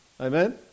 Amen